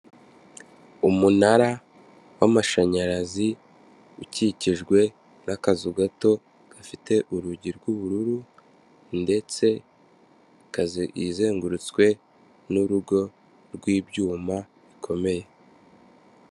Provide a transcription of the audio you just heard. Umunara w'amashanyarazi ukikijwe n'akazu gato gafite urugi rw'ubururu ndetse izengurutswe nurugo rw'ibyuma bikomeye.